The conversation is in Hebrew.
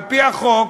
על-פי החוק,